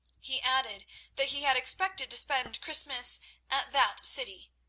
he added that he had expected to spend christmas at that city,